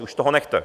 Už toho nechte!